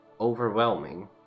overwhelming